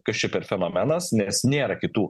kas čia per fenomenas nes nėra kitų